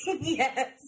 Yes